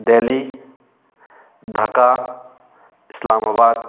Delhi Dhaka Islamabad